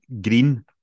Green